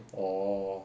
orh